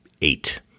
eight